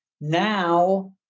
Now